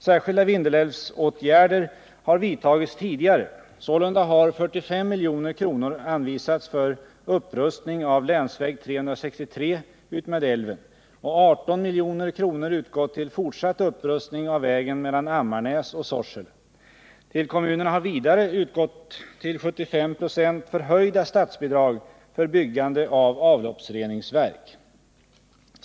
Särskilda Vindelälvsåtgärder har vidtagits tidigare. Sålunda har 45 milj.kr. anvisats för upprustning av länsväg 363 utmed älven och 18 milj.kr. utgått till fortsatt upprustning av vägen mellan Ammarnäs och Sorsele. Till kommunerna har vidare utgått till 75 96 förhöjda statsbidrag för byggande av avloppsreningsverk.